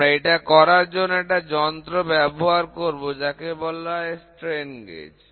আমরা এটা করার জন্য একটা যন্ত্র ব্যবহার করব যাকে বলা হয় স্ট্রেন গেজ